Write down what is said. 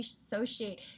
associate